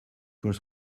was